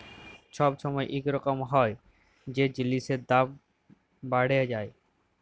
ছব ছময় ইরকম হ্যয় যে জিলিসের দাম বাড়্হে যায়